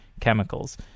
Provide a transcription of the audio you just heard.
chemicals